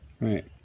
Right